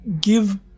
give